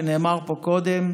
שנאמר פה קודם,